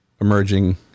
emerging